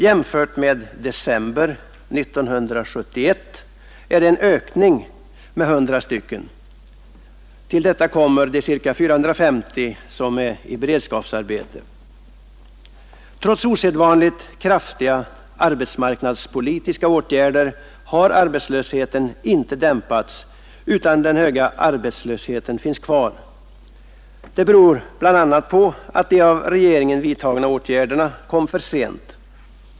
Jämfört med december 1971 är det en ökning med 100. Därtill kommer de ca 450 som är i beredskapsarbete. Trots osedvanligt kraftiga arbetsmarknadspolitiska åtgärder har arbetslösheten inte dämpats utan den höga arbetslösheten finns kvar. Det beror bl.a. på att de av regeringen vidtagna åtgärderna kom för sent.